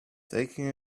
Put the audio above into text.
taking